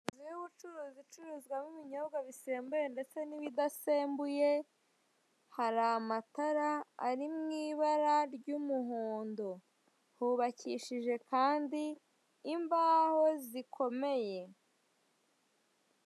Inzu y'ubucuruzi icuruzwamo ibinyobwa bisembuye ndetse ndetse n'ibidasembuye, hari amatara ari mu ibara ry'umuhondo, hubakishije kandi imbaho zikomeye.